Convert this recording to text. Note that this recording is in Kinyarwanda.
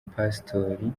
pasitori